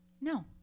No